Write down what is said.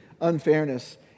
unfairness